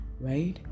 right